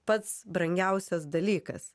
pats brangiausias dalykas